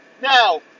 Now